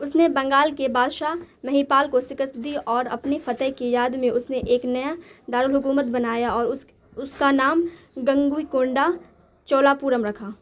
اس نے بنگال کے بادشاہ مہیپال کو سشکست دی اور اپنی فتح کی یاد میں اس نے ایک نیا دارالحکومت بنایا اور اس اس کا نام گنگوئی کونڈہ چولاپورم رکھا